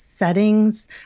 settings